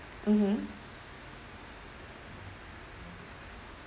mmhmm